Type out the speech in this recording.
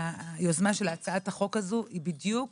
היוזמה של הצעת החוק הזו היא בדיוק